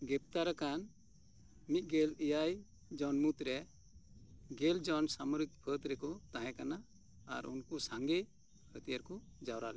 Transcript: ᱜᱨᱮᱯᱛᱟᱨ ᱟᱠᱟᱱ ᱢᱤᱫ ᱜᱮᱞ ᱮᱭᱟᱭ ᱡᱚᱱ ᱢᱩᱫᱽᱨᱮ ᱜᱮᱞᱡᱚᱱ ᱥᱟᱢᱚᱨᱤᱠ ᱯᱷᱟᱹᱫᱽ ᱨᱮᱠᱚ ᱛᱟᱸᱦᱮ ᱠᱟᱱᱟ ᱟᱨ ᱩᱱᱠᱩ ᱥᱟᱸᱜᱮ ᱦᱟᱹᱛᱤᱭᱟᱹᱨ ᱠᱚ ᱡᱟᱣᱨᱟ ᱞᱮᱫᱟ